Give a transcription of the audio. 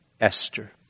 Esther